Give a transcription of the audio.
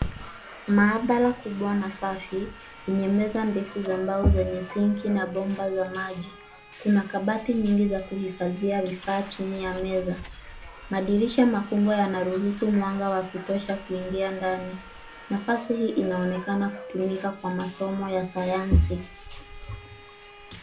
Maabara kubwa na safi yenye meza ndefu za mbao zenye sink na bomba za maji. Kuna kabati nyingi za kuhifadhia vifaa chini ya meza. Madirisha makubwa yanaruhusu mwanga wa kutosha kuingia ndani. Nafasi hii inaonekana kutumika kwa masomo ya sayansi.